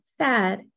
sad